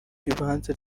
ribanza